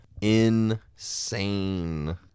insane